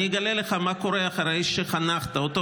אני אגלה לך מה קורה אחרי שחנכת אותו,